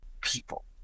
people